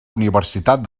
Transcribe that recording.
universitat